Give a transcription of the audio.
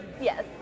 Yes